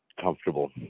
comfortable